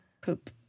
Poop